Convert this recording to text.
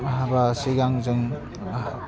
हाबानि सिगां जों